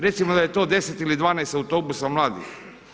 Recimo da je to 10 ili 12 autobusa mladih.